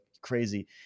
crazy